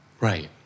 Right